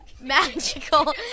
magical